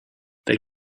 they